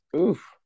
Oof